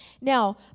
Now